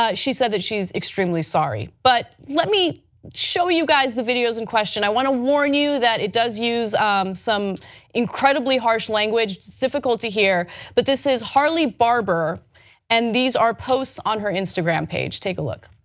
ah she said she is extremely sorry but let me show you guys the videos in question. i want to warn you that it does use some incredibly harsh language that is difficult to hear but this is hardly barber and these are posts on her instagram page. take a look.